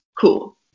cool